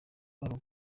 org